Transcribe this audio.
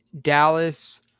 Dallas